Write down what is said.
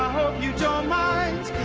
you don't mind